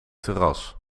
terras